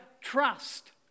trust